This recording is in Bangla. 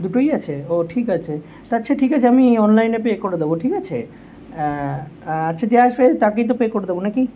দুটোই আছে ও ঠিক আছে তা আচ্ছা ঠিক আছে আমি অনলাইনে পে করে দেবো ঠিক আছে আচ্ছা যে আসবে তাকেই তো পে করে দেবো নাকি